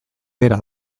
bera